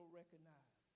recognize